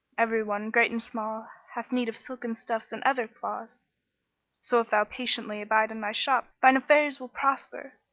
every one, great and small, hath need of silken stuffs and other cloths so if thou patiently abide in thy shop, thine affairs will prosper,